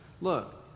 look